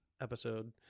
episode